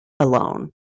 Alone